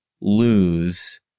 lose